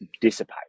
dissipate